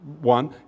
one